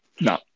no